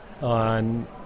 on